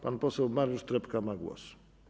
Pan poseł Mariusz Trepka ma głos.